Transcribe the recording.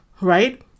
right